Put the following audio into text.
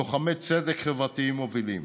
לוחמי צדק חברתיים מובילים.